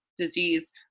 disease